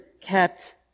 kept